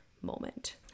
moment